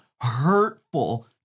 hurtful